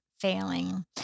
failing